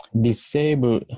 disable